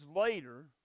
later